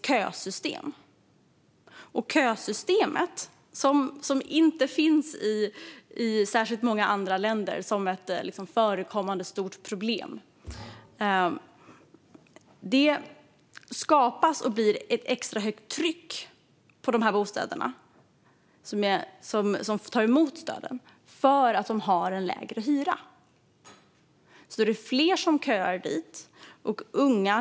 Kösystemet, som inte finns som ett stort problem i särskilt många andra länder, skapar ett extra högt tryck på de bostäder som tar emot stöd eftersom hyran är lägre. Det är fler som köar dit.